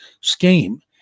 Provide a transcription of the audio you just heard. scheme